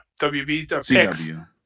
cw